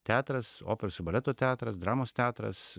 teatras operos ir baleto teatras dramos teatras